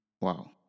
Wow